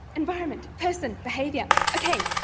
environment, person, behaviour, okay,